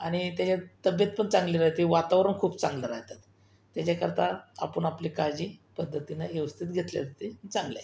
आणि त्याच्यात तब्येत पण चांगली राहते वातावरण खूप चांगलं राहतं त्याच्याकरता आपण आपली काळजी पद्धतीनं व्यवस्थित घेतली जाते चांगलं आहे